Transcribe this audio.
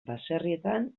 baserrietan